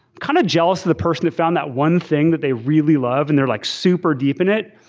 kind of jealous of the person that found that one thing that they really love and they're like super deep in it,